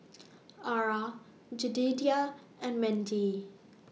Arah Jedidiah and Mendy